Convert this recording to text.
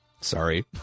sorry